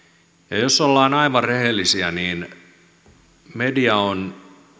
ja jos ollaan aivan rehellisiä niin media on